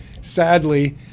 sadly